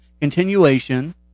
continuation